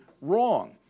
wrong